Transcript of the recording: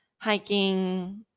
hiking